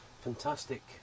fantastic